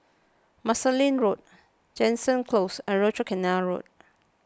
Marsiling Road Jansen Close and Rochor Canal Road